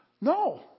No